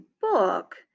book